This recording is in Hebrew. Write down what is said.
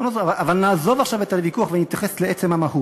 אבל נעזוב עכשיו את הוויכוח ונתייחס לעצם המהות.